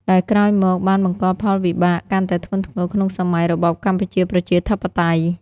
ដែលក្រោយមកបានបង្កផលវិបាកកាន់តែធ្ងន់ធ្ងរក្នុងសម័យរបបកម្ពុជាប្រជាធិបតេយ្យ។